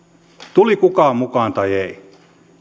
tuli kukaan mukaan tai ei